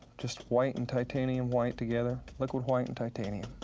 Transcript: just white and titanium white together. liquid white and titanium,